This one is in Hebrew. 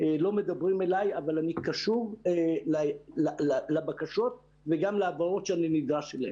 לא מדברים אלי אבל אני קשוב לבקשות וגם להבהרות אליהן אני נדרש.